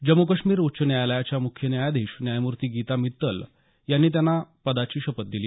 जम्मू काश्मीर उच्च न्यायालयाच्या मुख्य न्यायाधीश न्यायमूर्ती गीता मित्तल यांनी त्यांना पदाची शपथ दिली